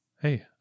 Hey